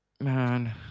Man